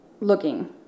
looking